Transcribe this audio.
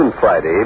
Friday